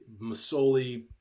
Masoli